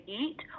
eat